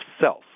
self